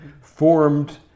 formed